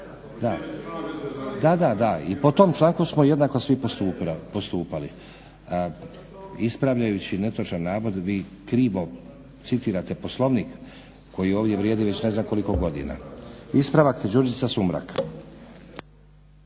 Da, da, i po tom članku smo jednako svi postupali. Ispravljajući netočan navod vi krivo citirate Poslovnik koji ovdje vrijedi već ne znam koliko godina. Ispravak, Đurđica Sumrak.